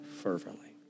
fervently